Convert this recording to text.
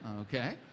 Okay